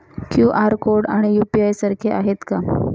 QR code आणि UPI सारखे आहेत का?